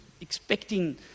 expecting